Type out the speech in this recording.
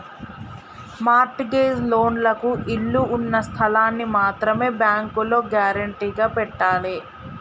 mart gauge లోన్లకు ఇళ్ళు ఉన్న స్థలాల్ని మాత్రమే బ్యేంకులో గ్యేరంటీగా పెట్టాలే